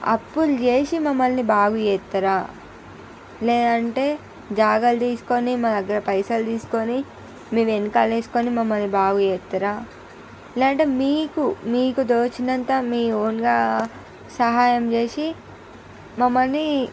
అప్పులు చేసి మమ్మల్ని బాగు చేస్తారా లేదంటే జాగాలు తీసుకుని మా దగ్గర పైసలు తీసుకుని మీ వెనకాల వేసుకుని మమ్మల్ని బాగు చేస్తారా లేకుంటే మీకు మీకు తోచినంత మీ ఓన్గా సహాయం చేసి మమ్మల్ని